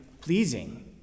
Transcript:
pleasing